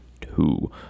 two